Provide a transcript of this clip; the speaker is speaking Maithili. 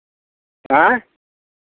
आँय